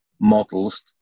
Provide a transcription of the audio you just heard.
models